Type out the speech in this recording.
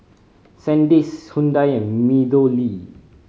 Sandisk Hyundai and MeadowLea